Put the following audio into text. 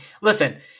Listen